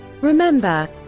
Remember